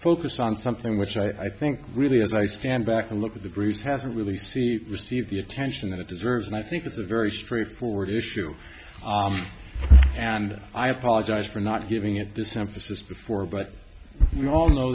focus on something which i think really as i stand back and look at the groups hasn't really see receive the attention that it deserves and i think it's a very straightforward issue and i apologize for not giving it this emphasis before but we all know